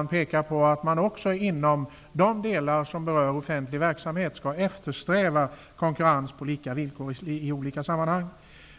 Verket framhåller att man också inom de delar som berör offentlig verksamhet skall eftersträva konkurrens på lika villkor i olika sammanhang.